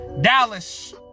Dallas